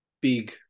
big